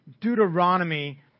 Deuteronomy